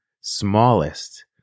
smallest